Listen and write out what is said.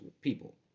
people